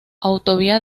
autovía